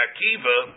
Akiva